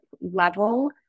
level